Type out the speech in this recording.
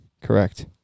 Correct